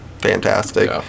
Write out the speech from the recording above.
fantastic